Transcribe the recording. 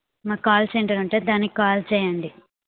మా call center ఉంటుంది దానికి కాల్ చేయండి